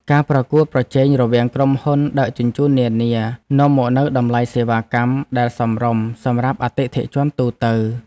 ការប្រកួតប្រជែងរវាងក្រុមហ៊ុនដឹកជញ្ជូននានានាំមកនូវតម្លៃសេវាកម្មដែលសមរម្យសម្រាប់អតិថិជនទូទៅ។